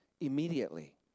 immediately